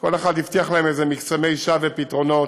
כל אחד הבטיח להם איזה מקסמי שווא ופתרונות.